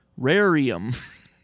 Rarium